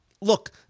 Look –